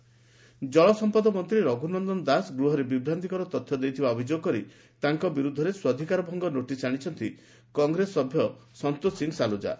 ରାକ୍ୟ ଜଳ ସମ୍ମଦ ମନ୍ତୀ ରଘୁନନ ଦାସ ଗୂହରେ ବିଭ୍ରାତ୍ତିକର ତଥ୍ୟ ଦେଇଥିବା ଅଭିଯୋଗ କରି ତାଙ୍ଙ ବିରୁଦ୍ଦରେ ସ୍ୱାଧ୍ଧକାର ଭଙ୍ଗ ନୋଟିସ ଆଣିଛନ୍ତି କଂଗ୍ରେସ ବିଧାୟକ ସନ୍ତୋଷ ସିଂହ ସାଲୁଜା